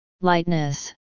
lightness